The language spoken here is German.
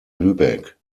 lübeck